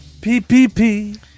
P-P-P